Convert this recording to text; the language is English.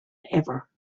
ever